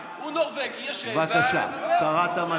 בבקשה.